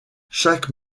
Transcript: chaque